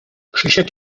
krzysiek